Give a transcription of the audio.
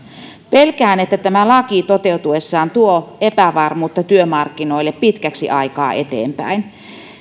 pelkään että tämä laki toteutuessaan tuo epävarmuutta työmarkkinoille pitkäksi aikaa eteenpäin